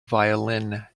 violin